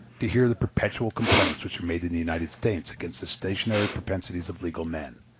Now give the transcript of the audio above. to hear the perpetual complaints which are made in the united states against the stationary propensities of legal men,